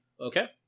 Okay